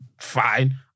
fine